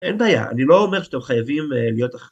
אין דעיה, אני לא אומר שאתם חייבים להיות אחרים.